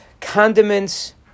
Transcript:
condiments